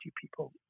people